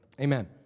amen